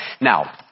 Now